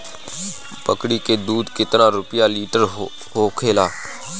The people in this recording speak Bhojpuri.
बकड़ी के दूध केतना रुपया लीटर होखेला?